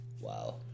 Wow